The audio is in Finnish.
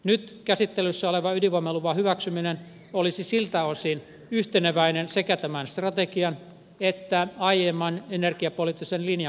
nyt käsittelyssä oleva ydinvoimaluvan hyväksyminen olisi siltä osin yhteneväinen sekä tämän strategian että aiemman energiapoliittisen linjamme kanssa